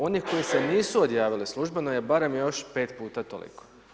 Oni koji se nisu odjavili službeno je barem još 5 puta toliko.